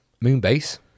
Moonbase